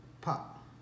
Pop